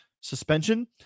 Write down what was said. suspension